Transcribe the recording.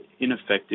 ineffective